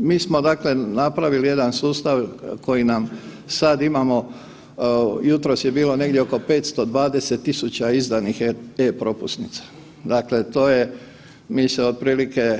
Mi smo dakle napravili jedan sustav koji nam sad imamo, jutros je bilo negdje oko 520 tisuća izdanih e-Propusnica, dakle to je, mi se otprilike